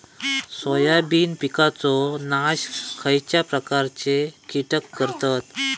Soybean पिकांचो नाश खयच्या प्रकारचे कीटक करतत?